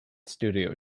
studio